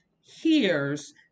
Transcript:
hears